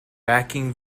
backing